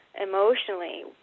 emotionally